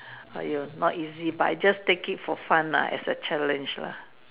!aiyo! not easy but I just take it for fun lah as a challenge lah